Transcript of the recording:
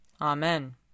Amen